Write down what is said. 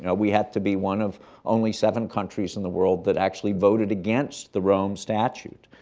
yeah we had to be one of only seven countries in the world that actually voted against the rome statute.